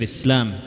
Islam